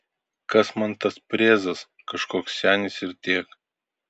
kas man tas prezas kažkoks senis ir tiek